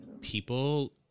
people